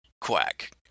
Quack